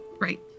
Right